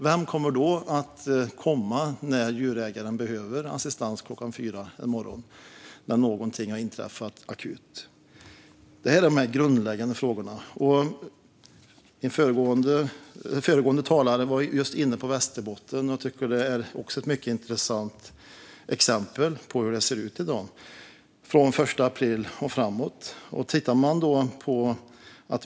Vem ska då komma när djurägaren behöver assistans klockan fyra på morgonen för att något akut har inträffat? Detta är de grundläggande frågorna. Föregående talare var inne på Västerbotten. Det är ett mycket intressant exempel på hur det ser ut i dag, sedan den 1 april.